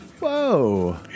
whoa